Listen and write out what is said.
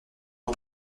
ans